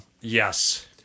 Yes